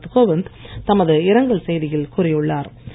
ராம்நாத் கோவிந்த் தமது இரங்கல் செய்தியில் கூறியுள்ளார்